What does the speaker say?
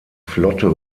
flotte